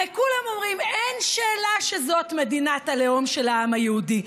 הרי כולם אומרים: אין שאלה שזאת מדינת הלאום של העם היהודי.